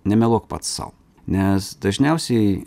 nemeluok pats sau nes dažniausiai